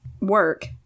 work